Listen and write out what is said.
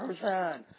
person